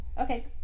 Okay